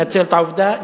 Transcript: מנצל את העובדה,